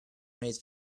made